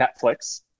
netflix